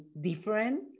different